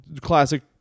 classic